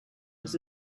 was